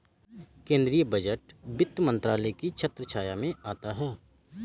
केंद्रीय बजट वित्त मंत्रालय की छत्रछाया में आता है